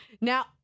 now